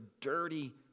dirty